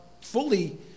fully